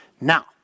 Now